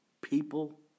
people